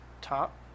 top